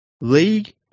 league